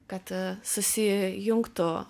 kad susijungtų